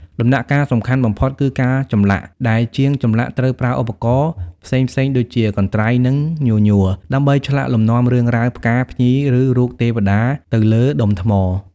ដំណាក់កាលសំខាន់បំផុតគឺការចម្លាក់ ដែលជាងចម្លាក់ត្រូវប្រើប្រាស់ឧបករណ៍ផ្សេងៗដូចជា កន្ត្រៃ និងញញួរ ដើម្បីឆ្លាក់លំនាំរឿងរ៉ាវ ផ្កា ភ្ញី ឬរូបទេវតាទៅលើដុំថ្ម។